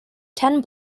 ten